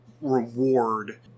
reward